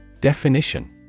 Definition